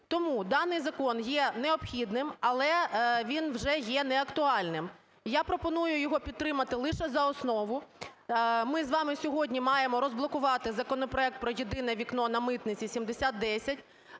Тому даний закон є необхідним, але він вже є неактуальним. Я пропоную його підтримати лише за основу. Ми з вами сьогодні маємо розблокувати законопроект про "єдине вікно" на митниці 7010,